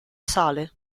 sale